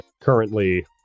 currently